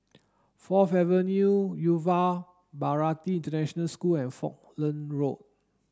Fourth Avenue Yuva Bharati International School and Falkland Road